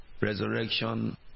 resurrection